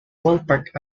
ballpark